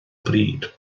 bryd